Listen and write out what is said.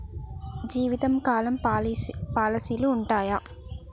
జీవితకాలం పాలసీలు ఉంటయా?